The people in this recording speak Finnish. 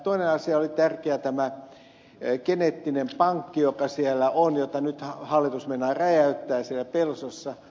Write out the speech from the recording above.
toinen tärkeä asia oli tämä geneettinen pankki joka siellä on jota nyt hallitus meinaa räjäyttää siellä pelsossa